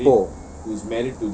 oh